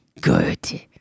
good